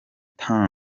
tatum